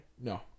No